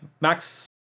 Max